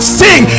sing